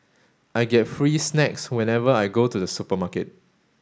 I get free snacks whenever I go to the supermarket